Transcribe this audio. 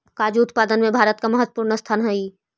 काजू उत्पादन में भारत का महत्वपूर्ण स्थान हई